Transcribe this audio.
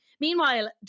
Meanwhile